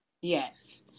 Yes